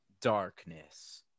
darkness